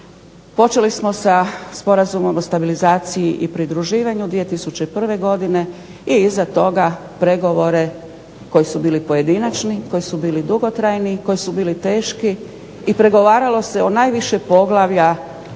Počeli smo sa Sporazumom o stabilizaciji i pridruživanju 2001. godine i iza toga pregovore koji su bili pojedinačni, koji su bili dugotrajni i koji su bili teški i pregovaralo se o najviše poglavlja